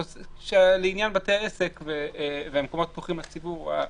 לעניין בתי עסק ומקומות פתוחים לציבור.